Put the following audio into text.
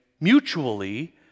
mutually